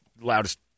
loudest